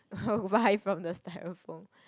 buy from the styrofoam